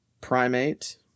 Primate